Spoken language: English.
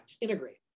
integrate